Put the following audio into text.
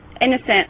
innocent